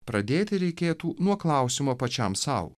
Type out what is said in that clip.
pradėti reikėtų nuo klausimo pačiam sau